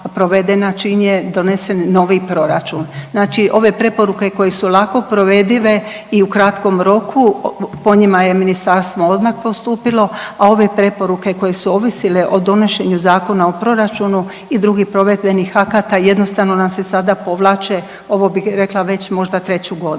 provedena čim je donesen novi proračun. Znači ove preporuke koje su lako provedive i u kratkom roku po njima je ministarstvo odmah postupilo, a ove preporuke koje su ovisile o donošenju Zakona o proračunu i drugih provedbenih akata jednostavno nam se sada povlače, ovo bih rekla već možda treću godinu.